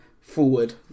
forward